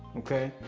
okay?